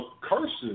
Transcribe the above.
curses